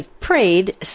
prayed